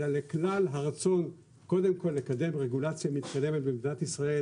אלא לכלל הרצון של קודם כל לקדם רגולציה מתקדמת במדינת ישראל